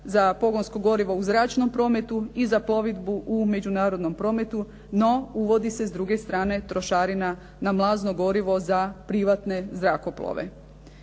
za pogonsko gorivo u zračnom prometu i za plovidbu u međunarodnom prometu, no uvodi se s druge strane trošarina na mlazno gorivo za privatne zrakoplove.